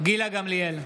גילה גמליאל,